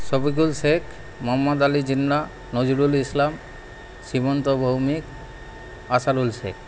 Shafiqul Sheikh Mohammad Ali Jinnah Nazrul Islam Shrimanta Bhowmik Asarul Sheikh